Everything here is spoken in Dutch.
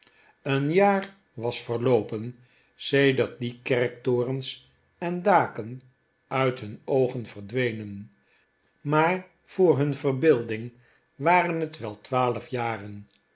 een jaar was verloopen sedert die kerktorens en daken uit hun oogen verdwenen maar voor hun verbeelding waren het wel twaalf jaren